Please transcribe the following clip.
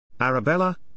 Arabella